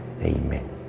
Amen